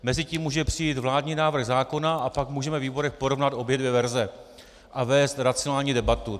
Mezitím může přijít vládní návrh zákona a pak můžeme ve výborech porovnat obě dvě verze a vést racionální debatu.